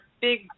big